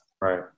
Right